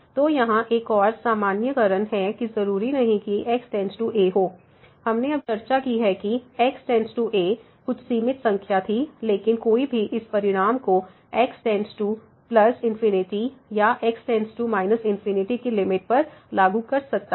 तो यहां एक और सामान्यीकरण है कि जरूरी नहीं कि x→a हो हमने अभी चर्चा की है कि x→a कुछ सीमित संख्या थी लेकिन कोई भी इस परिणाम को x→∞ या x→ ∞ की लिमिट पर लागू कर सकता है